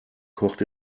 kocht